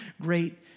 great